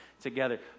together